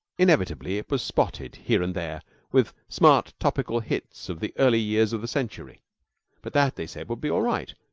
inevitably, it was spotted here and there with smart topical hits of the early years of the century but that, they said, would be all right.